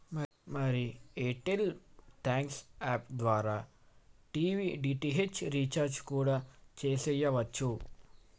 మరి Airtel thanks app ద్వారా TV DTH recharge కూడా సెయ్యవచ్చు